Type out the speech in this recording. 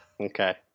Okay